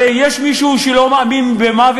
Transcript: הרי יש מישהו כאן שלא מאמין במוות?